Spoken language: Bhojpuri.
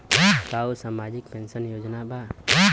का उ सामाजिक पेंशन योजना बा?